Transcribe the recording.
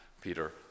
Peter